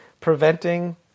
preventing